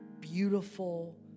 beautiful